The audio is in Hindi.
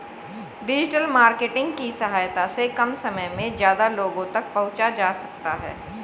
डिजिटल मार्केटिंग की सहायता से कम समय में ज्यादा लोगो तक पंहुचा जा सकता है